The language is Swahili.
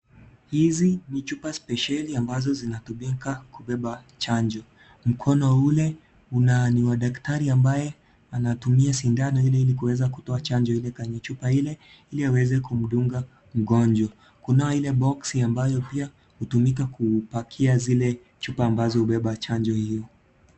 Hizi ni chupa spesheli ambazo zinatumika kubeba chanjo, mkono ule ni wa daktari ambaye anatumia sindano ile ili kuweze kutoa chanjo ile kwenye chupa ile, ili aweze kumdunga mgonjwa, kunao ule boxi ambayo utumika kupakia zile chupa ambazo hubeba chanjo hiyo.